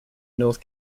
north